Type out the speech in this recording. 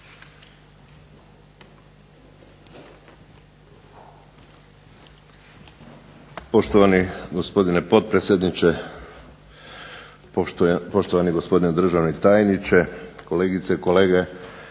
Poštovani gospodine potpredsjedniče Hrvatskoga sabora, državni tajniče, kolegice i kolege